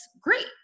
great